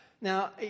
Now